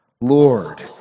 Lord